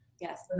yes